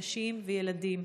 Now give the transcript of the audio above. נשים וילדים,